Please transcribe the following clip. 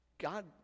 God